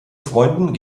freunden